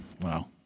Wow